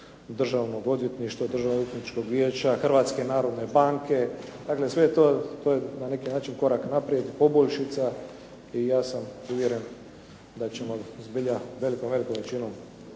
državnog odvjetništva, Državno-odvjetničkog vijeća, Hrvatske narodne banke, dakle sve je to, to je na neki način korak naprijed, poboljšica i ja sam uvjeren da ćemo zbilja velikom, velikom